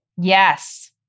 Yes